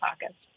pockets